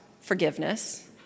forgiveness